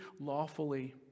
lawfully